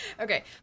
Okay